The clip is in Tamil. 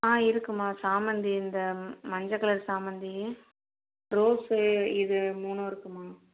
ஆ இருக்கும்மா சாமந்தி இந்த மஞ்சள் கலர் சாமந்தி ரோசு இது மூணும் இருக்குதும்மா